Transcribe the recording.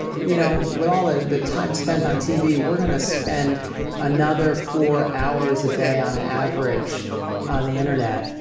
you know, with all the the time spent on tv, we're going to spend another four hours a day on average on the internet,